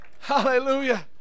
Hallelujah